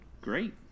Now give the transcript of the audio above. great